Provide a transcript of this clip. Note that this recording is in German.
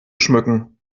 schmücken